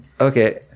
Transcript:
Okay